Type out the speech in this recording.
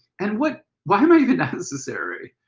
and what why am i even necessary?